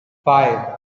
five